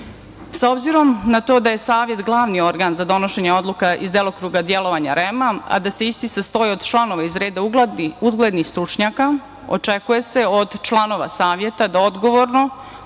S obzirom na to da je Savet glavni organ za donošenje odluka iz delokruga delovanja REM-a, a da se isti sastoji iz članova reda uglednih stručnjaka očekuje se od članova Saveta da odgovorno